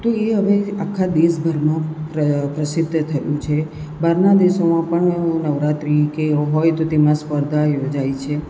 તો એ હવે આખા દેસભરમાં પ્ર પ્રસિદ્ધ થયું છે બારના દેશોમાં પણ મેં નવરાત્રિમાં કે હોય તો તેમને સ્પર્ધા યોજાય છે